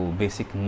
basic